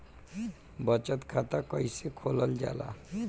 बचत खाता कइसे खोलल जाला?